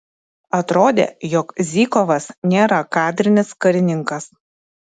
atrodė jog zykovas nėra kadrinis karininkas